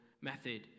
method